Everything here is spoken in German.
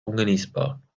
ungenießbar